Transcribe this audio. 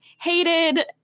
hated